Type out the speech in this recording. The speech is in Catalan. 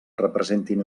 representin